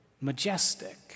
majestic